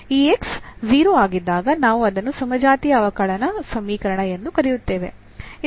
ಈ X 0 ಆಗಿದ್ದಾಗ ನಾವು ಅದನ್ನು ಸಮಜಾತೀಯ ಅವಕಲನ ಸಮೀಕರಣ ಎಂದು ಕರೆಯುತ್ತೇವೆ